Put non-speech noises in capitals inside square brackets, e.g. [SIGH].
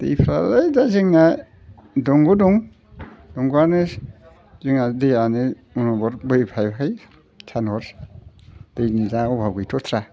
दैफ्रालाय दा जोंना दंग' दं दंग'आनो जोंना दैयानो [UNINTELLIGIBLE] सान हर दैनि दा अभाब गैथ'थ्रा